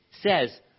says